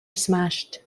smashed